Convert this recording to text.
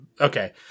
okay